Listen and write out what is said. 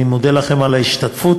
אני מודה לכם על ההשתתפות,